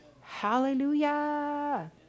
Hallelujah